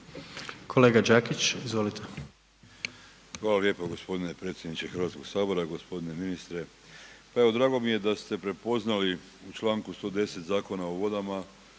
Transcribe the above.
**Đakić, Josip (HDZ)** Hvala lijepo g. predsjedniče Hrvatskog sabora. G. ministre, pa evo drago mi je da ste prepoznali u članku 110. Zakona o vodama